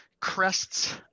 crests